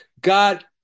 God